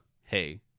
Hey